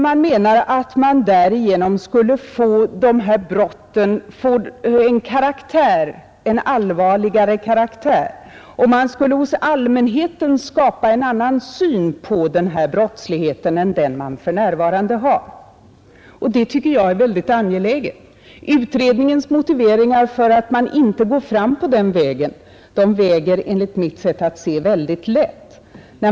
Man menar att dessa brott därigenom skulle få en allvarligare karaktär, och man skulle hos allmänheten skapa en annan syn på denna brottslighet än den som folk för närvarande har, och det tycker jag är ytterst angeläget. Utredningens motiveringar för att man inte går fram på den linjen väger enligt mitt sätt att se mycket lätt.